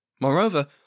Moreover